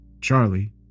Charlie